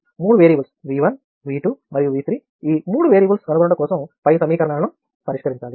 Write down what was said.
మూడు variables V 1 V 2 మరియు V 3 ఈ మూడు వేరియబుల్స్ కనుగొనుట కోసం పై సమీకరణాలను పరిష్కరించాలి